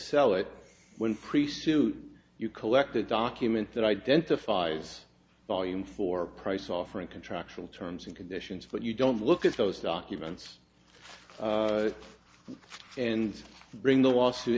sell it when priests to you collect a document that identifies volume for price offering contractual terms and conditions but you don't look at those documents and bring the la